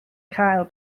cael